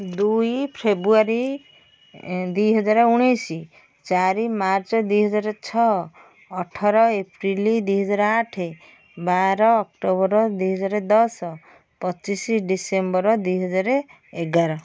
ଦୁଇ ଫେବୃଆରୀ ଦୁଇ ହଜାର ଉଣେଇଶ ଚାରି ମାର୍ଚ୍ଚ ଦୁଇ ହଜାର ଛଅ ଅଠର ଏପ୍ରିଲ ଦୁଇ ହଜାର ଆଠ ବାର ଅକ୍ଟୋବର ଦୁଇ ହଜାର ଦଶ ପଚିଶ ଡିସେମ୍ବର ଦୁଇ ହଜାର ଏଗାର